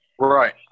Right